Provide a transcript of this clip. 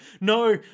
No